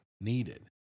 needed